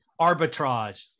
arbitrage